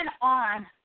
on